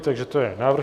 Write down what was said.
Takže to je návrh.